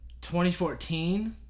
2014